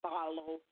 Follow